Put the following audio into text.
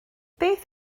beth